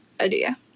idea